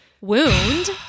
wound